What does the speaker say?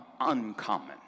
uncommon